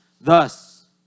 Thus